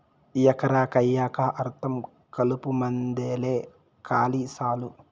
ఎకరా కయ్యికా అర్థం కలుపుమందేలే కాలి సాలు